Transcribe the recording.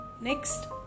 next